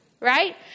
right